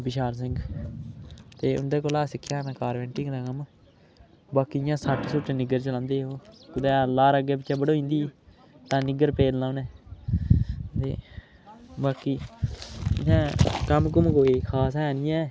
विशाल सिंह ते उं'दे कोला सिक्खेआ में कारपैंटरिंग दा कम्म बाकी इयां साट्ट सुट्ट निग्गर चलांदे ओह् कुदै लार अग्गें पिच्छै बडोई जंदी तां निग्गर पेलना उनें ते बाकी इ'यां कम्म कुम्म कोई खास ऐ नी ऐ